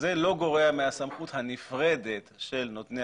שזה לא גורע מהסמכות הנפרדת של נותני